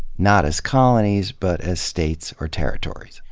not as colonies but as states or territories.